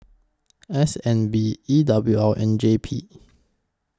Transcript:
S N B E W O and J P